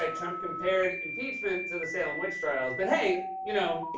like trump compared impeachment to the salem witch trials. but hey, you know.